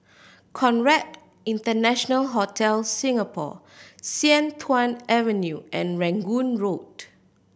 Conrad International Hotel Singapore Sian Tuan Avenue and Rangoon Road